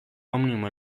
omnium